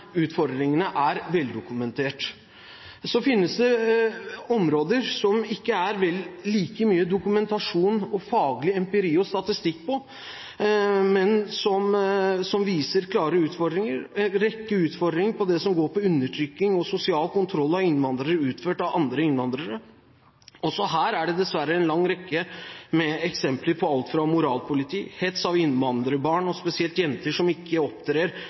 utfordringene er veldokumentert på. Så finnes det områder som det vel ikke er like mye dokumentasjon, faglig empiri og statistikk på, men som viser klare utfordringer. Det er en rekke utfordringer på det som handler om undertrykking og sosial kontroll av innvandrere, utført av andre innvandrere. Også her er det dessverre en lang rekke med eksempler på alt fra moralpoliti til hets av innvandrerbarn, og spesielt jenter som ikke